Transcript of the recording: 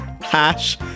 hash